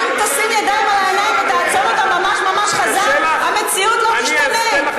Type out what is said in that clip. גם אם תשים ידיים על העיניים ותעצום אותן ממש ממש חזק המציאות לא תשתנה.